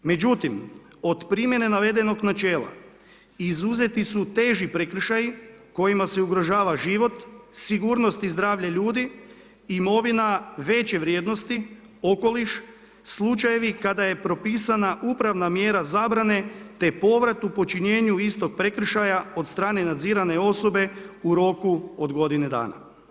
Međutim, od primjene navedenog načela izuzeti su teži prekršaji kojima se ugrožava život, sigurnost i zdravlje ljudi, imovina veće vrijednosti, okoliš, slučajevi kada je propisana upravna mjera zabrane te povrat u počinjenju istog prekršaja od strane nadzirane osobe u roku od godine dana.